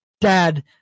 dad